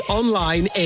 online